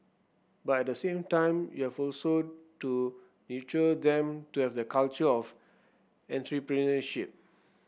but at the same time you have also to nurture them to have the culture of entrepreneurship